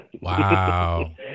wow